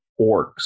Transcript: orcs